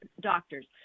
doctors